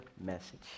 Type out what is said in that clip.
message